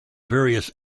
various